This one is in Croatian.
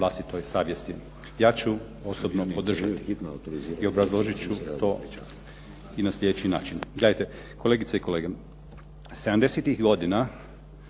vlastitoj savjesti. Ja ću osobno podržati i obrazložit ću to na sljedeći način. Gledajte, kolegice i kolege '70-ih godina